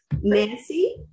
Nancy